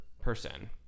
person